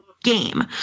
game